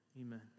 Amen